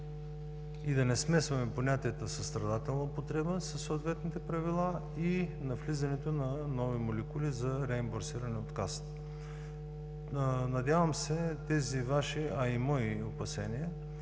и да не смесваме понятията „състрадателна употреба“ със съответните правила и навлизането на нови молекули за реимбурсиране от Касата. Надявам се тези Ваши, а и мои опасения